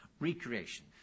recreation